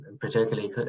particularly